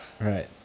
right